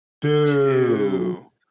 two